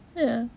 ya